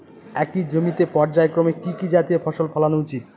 একই জমিতে পর্যায়ক্রমে কি কি জাতীয় ফসল ফলানো উচিৎ?